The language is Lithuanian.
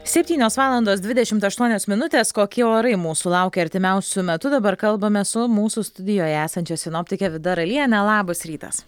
septynios valandos dvidešimt aštuonios minutės kokie orai mūsų laukia artimiausiu metu dabar kalbame su mūsų studijoje esančia sinoptike vida raliene labas rytas